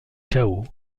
chaos